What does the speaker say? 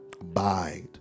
abide